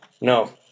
no